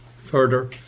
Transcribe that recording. Further